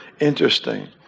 Interesting